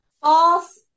False